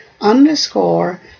underscore